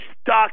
stuck